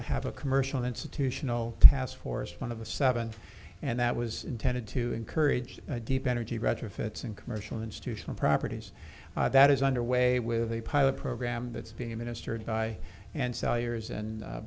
have a commercial institutional task force one of the seven and that was intended to encourage deep energy retrofits in commercial institutional properties that is under way with a pilot program that's being administered by and sell years and